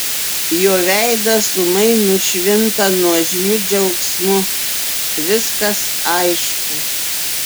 jo veidas ūmai nušvinta nuožmiu džiaugsmu viskas aišku